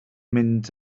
mynd